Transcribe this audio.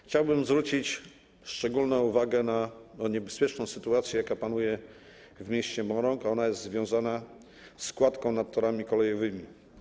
Chciałbym zwrócić szczególną uwagę na niebezpieczną sytuację, jaka panuje w mieście Morąg, a jest ona związana z kładką nad torami kolejowymi.